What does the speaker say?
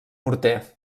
morter